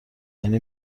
یعنی